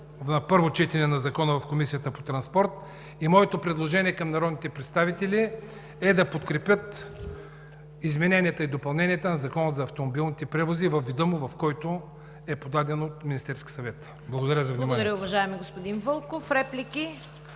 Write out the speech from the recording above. на първо четене на Закона в Комисията по транспорт. Моето предложение към народните представители е да подкрепят измененията и допълненията на Закона за автомобилните превози във вида, в който е подаден от Министерския съвет. Благодаря за вниманието. ПРЕДСЕДАТЕЛ ЦВЕТА КАРАЯНЧЕВА: Благодаря Ви, уважаеми господин Вълков. Реплики?